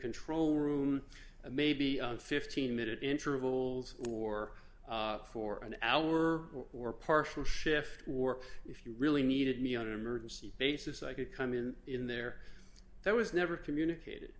control room maybe on fifteen minute intervals or for an hour or partial shift or if you really needed me on an emergency basis i could come in in there there was never communicated